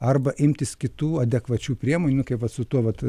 arba imtis kitų adekvačių priemonių nu kaip va su tuo vat